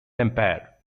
empire